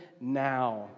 now